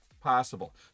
possible